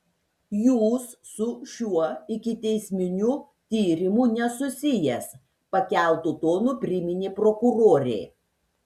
jūs su šiuo ikiteisminiu tyrimu nesusijęs pakeltu tonu priminė prokurorė